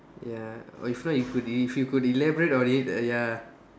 ya or if not if if you could elaborate on it uh ya